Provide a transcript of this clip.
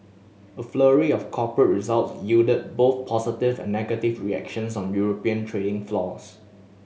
a flurry of corporate result yielded both positive and negative reactions on European trading floors